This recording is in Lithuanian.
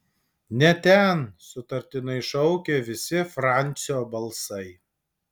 ne ten sutartinai šaukė visi francio balsai